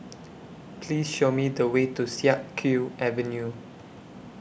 Please Show Me The Way to Siak Kew Avenue